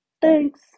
Thanks